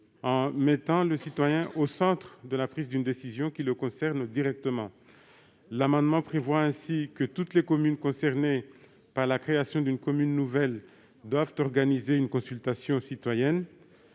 en mettant le citoyen au centre de la prise d'une décision le concernant directement. L'amendement a ainsi pour objet que toutes les communes concernées par la création d'une commune nouvelle doivent organiser une consultation citoyenne.